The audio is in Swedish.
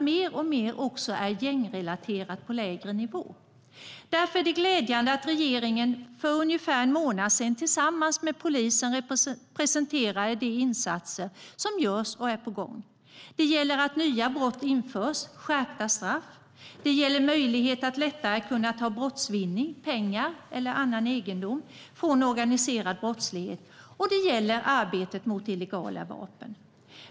Mer och mer är också gängrelaterat på lägre nivå. Därför är det glädjande att regeringen för ungefär en månad sedan tillsammans med polisen presenterade de insatser som görs och är på gång. Det handlar om att nya brott införs. Det handlar om skärpta straff. Det gäller möjlighet att lättare ta brottsvinning, pengar eller annan egendom, i fråga om organiserad brottslighet. Och det gäller arbetet mot illegala vapen.